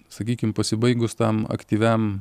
sakykim pasibaigus tam aktyviam